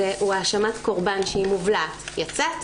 הוא האשמת הקורבן שהיא מובלעת: יצאת,